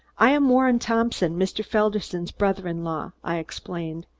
i am warren thompson, mr. felderson's brother-in-law, i explained.